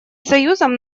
союзом